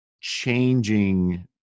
changing